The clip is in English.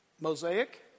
Mosaic